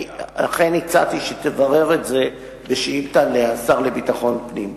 לכן הצעתי שתברר את זה בשאילתא לשר לביטחון פנים.